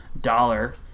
dollar